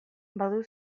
badu